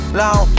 long